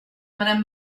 madame